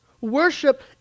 Worship